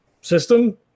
system